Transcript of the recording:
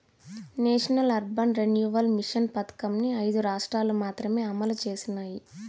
national urban renewal mission పథకంని ఐదు రాష్ట్రాలు మాత్రమే అమలు చేసినాయి